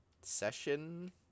session